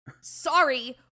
Sorry